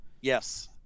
Yes